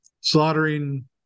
slaughtering